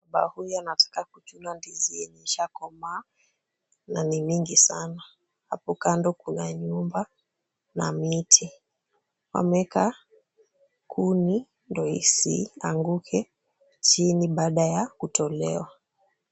Baba huyu anataka kuchuna ndizi yenye ishakomaa na ni mingi sana . Hapo kando kuna nyumba na miti wameeka kuni ndio isianguke chini baada ya kutolewa.